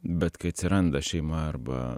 bet kai atsiranda šeima arba